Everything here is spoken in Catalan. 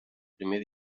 primer